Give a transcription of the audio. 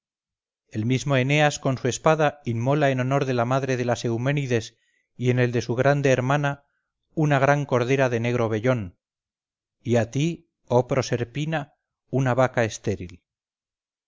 el mismo eneas con su espada inmola en honor de la madre de las euménides y en el de su grande hermana una cordera de negro vellón y a ti oh proserpina una vaca estéril